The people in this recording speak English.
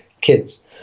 Kids